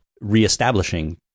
reestablishing